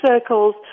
circles